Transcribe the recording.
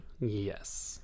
Yes